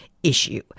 Issue